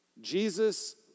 Jesus